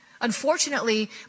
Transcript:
Unfortunately